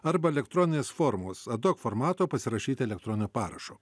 arba elektroninės formos adoc formato pasirašyti elektroniniu parašu